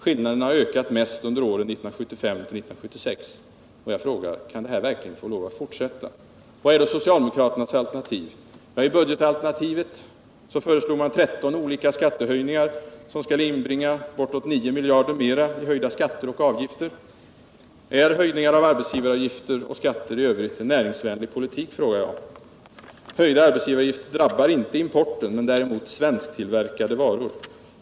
Skillnaderna har ökat mest under åren 1975-1976. Jag frågar: Kan detta verkligen få fortsätta? Vad är då socialdemokraternas alternativ? I budgetalternativet föreslår de 13 olika avgiftsoch skattehöjningar som skall inbringa bortåt 9 miljarder mera. Är höjningar av arbetsgivaravgifter och skatter i övrigt en näringsvänlig politik? Höjda arbetsgivaravgifter drabbar inte importen, däremot svensktillverkade varor.